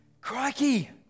Crikey